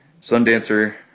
Sundancer